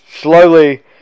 slowly